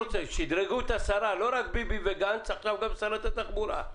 שדרגו את השרה לא רק ביבי וגנץ עכשיו גם שרת התחבורה...